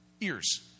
ears